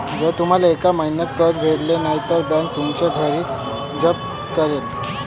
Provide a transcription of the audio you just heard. जर तुम्ही एका महिन्यात कर्ज भरले नाही तर बँक तुमचं घर जप्त करेल